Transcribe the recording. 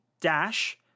dash